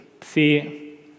see